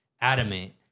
adamant